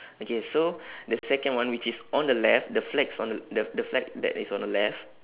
okay so the second one which is on the left the flags on the the the flag that is on the left